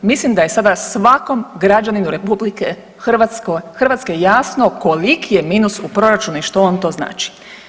Mislim da je sada svakom građaninu RH jasno koliki je minus u proračunu i što on to znači.